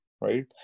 Right